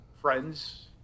Friends